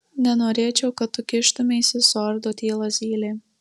nenorėčiau kad tu kištumeisi suardo tylą zylė